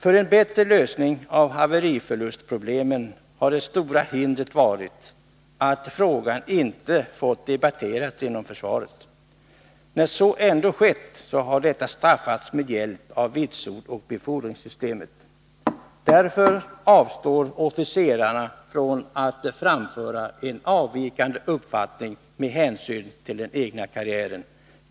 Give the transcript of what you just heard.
För en bättre lösning av haveriförlustproblemen har det stora hindret varit att frågan inte fått debatteras inom försvaret. När så ändå skett har detta straffats med hjälp av vitsordsoch befordringssystemet. Därför avstår officerarna av hänsyn till den egna karriären från att framföra en avvikande uppfattning.